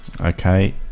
Okay